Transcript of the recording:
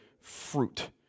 fruit